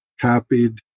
copied